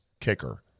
kicker